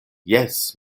jes